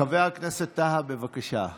חבר הכנסת טאהא, בבקשה.